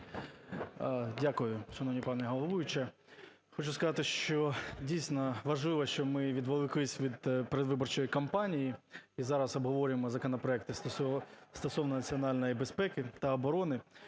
Дякую, шановна пані головуюча. Хочу сказати, що дійсно важливо, що ми відволіклись від передвиборчої кампанії і зараз обговорюємо законопроекти стосовно національної безпеки та оборони.